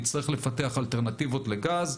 נצטרך לפתח אלטרנטיבות לגז.